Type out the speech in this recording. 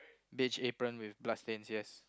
apron with blood stains yes